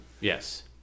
Yes